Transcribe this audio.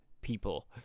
people